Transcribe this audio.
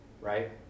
right